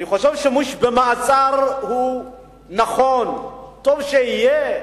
אני חושב שמי שבמעצר, נכון, טוב שיהיה,